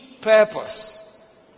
purpose